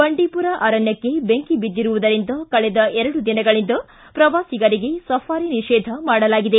ಬಂಡೀಪುರ ಅರಣ್ಣಕ್ಕೆ ಬೆಂಕಿ ಬಿದ್ದಿರುವುದರಿಂದ ಕಳೆದ ಎರಡು ದಿನಗಳಿಂದ ಪ್ರವಾಸಿಗರಿಗೆ ಸಫಾರಿ ನಿಷೇಧ ಮಾಡಲಾಗಿದೆ